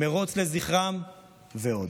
מירוץ לזכרם ועוד.